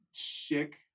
Sick